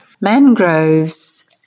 Mangroves